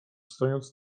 stojąc